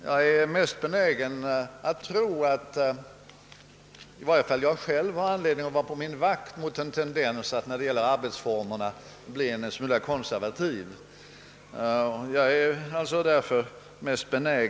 Jag är mest benägen att tro att i varje fall jag själv har anledning att vara på min makt mot en tendens att bli en smula konservativ när det gäller arbetsformerna.